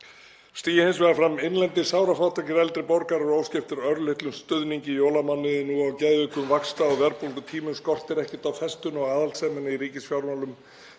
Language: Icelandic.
Stígi hins vegar fram innlendir sárafátækir eldri borgarar og óski eftir örlitlum stuðningi jólamánuðinn, nú á geðveikum vaxta- og verðbólgutímum, skortir ekkert á festuna og aðhaldssemina í ríkisfjármálum.